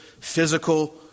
physical